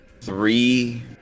Three